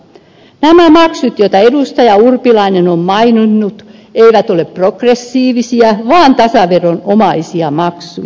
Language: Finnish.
nämä maksut jotka edustaja urpilainen on maininnut eivät ole progressiivisia vaan tasaveron omaisia maksuja